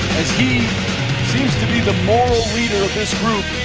as he seems to be the moral leader of this group,